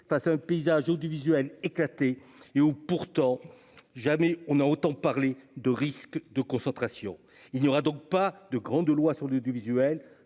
face un paysage audiovisuel éclatée et où pourtant jamais on a autant parlé de risque de concentration, il n'y aura donc pas de grande loi sur l'audiovisuel